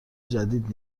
جدید